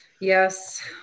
Yes